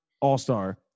All-Star